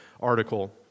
article